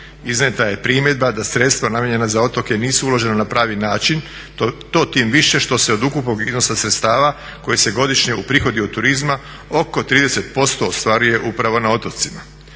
Iznijeta je primjedba da sredstva namijenjena za otoke nisu uložena na pravi način to tim više što se od ukupnog iznosa sredstava koji se godišnje uprihodi od turizma oko 30% ostvaruje upravo na otocima.